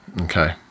Okay